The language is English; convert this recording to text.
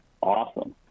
awesome